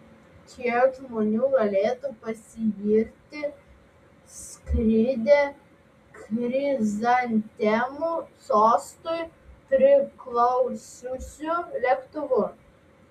kiek žmonių galėtų pasigirti skridę chrizantemų sostui priklausiusiu lėktuvu